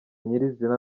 nyirizina